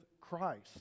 Christ